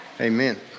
amen